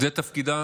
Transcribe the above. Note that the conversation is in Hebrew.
זה תפקידה